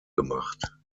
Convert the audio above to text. gemacht